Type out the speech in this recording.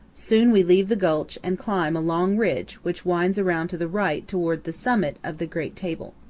soon we leave the gulch and climb a long ridge which winds around to the right toward the summit of the great table.